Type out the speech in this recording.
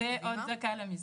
עוד דקה על המסגרת.